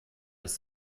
des